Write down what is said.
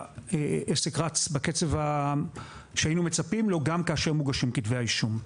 העסק רץ בקצב כפי שהיינו מצפים לו גם כאשר מוגשים כתבי האישום.